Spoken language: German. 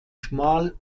schmal